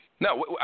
No